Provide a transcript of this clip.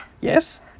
Yes